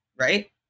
right